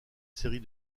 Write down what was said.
série